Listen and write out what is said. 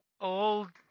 Old